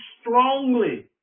strongly